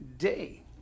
day